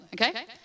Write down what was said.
okay